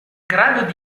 grado